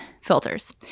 filters